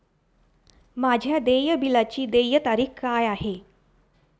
माझ्या देय बिलाची देय तारीख काय आहे?